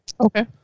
Okay